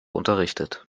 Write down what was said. unterrichtet